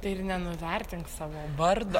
tai ir nenuvertink savo vardo